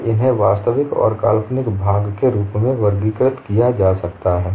और इन्हें वास्तविक और काल्पनिक भाग के रूप में वृर्गीकृत किया जा सकता है